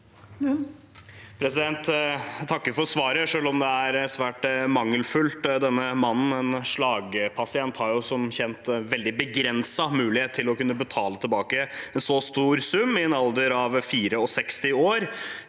takker for svaret, selv om det er svært mangelfullt. Denne mannen, en slagpasient, har som kjent veldig begrenset mulighet til å kunne betale tilbake en så stor sum i en alder av 64 år.